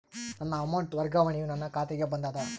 ನನ್ನ ಅಮೌಂಟ್ ವರ್ಗಾವಣೆಯು ನನ್ನ ಖಾತೆಗೆ ಬಂದದ